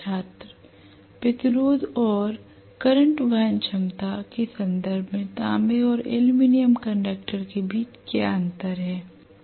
छात्र प्रतिरोध और करंटवहन क्षमता के संदर्भ में तांबे और एल्यूमीनियम कंडक्टर के बीच क्या अंतर है